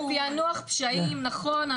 ופענוח פשעים, נכון.